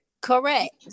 Correct